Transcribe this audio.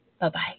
Bye-bye